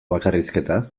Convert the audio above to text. bakarrizketa